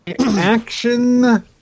action